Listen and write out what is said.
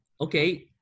okay